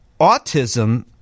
autism